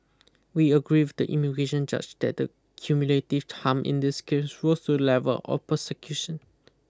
we agree with the immigration judge that the cumulative harm in this case rose to the level of persecution